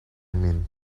mean